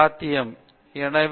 பேராசிரியர் பி